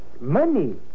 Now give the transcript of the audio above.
money